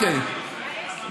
את חוק ירושלים אני רוצה.